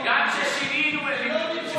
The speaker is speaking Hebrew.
גם כששינינו, כן.